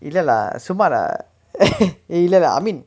இல்லலா சும்மாதா இல்லலா:illalaa summathaa illalaa I mean